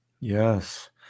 Yes